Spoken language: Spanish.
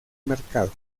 mercado